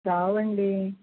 రావు అండి